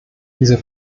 diese